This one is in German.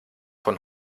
von